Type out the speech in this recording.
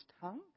tongue